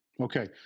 Okay